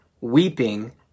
weeping